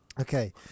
Okay